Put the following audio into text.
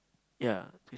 ya